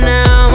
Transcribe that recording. now